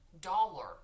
dollar